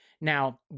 Now